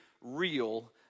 real